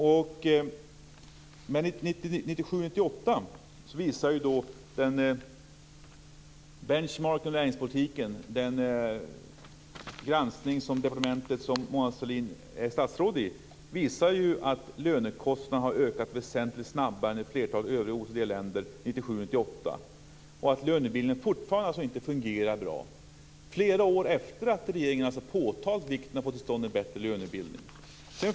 Benchmarking av näringspolitiken, den granskning som skett av det departement som Mona Sahlin är statsråd i, visade att lönekostnaderna har ökat väsentligt snabbare än i flertalet övriga OECD-länder 1997-1998 och att lönebildningen fortfarande inte fungerar bra. Det var flera år efter det att regeringen påtalat vikten av att få till stånd en bättre lönebildning.